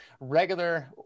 regular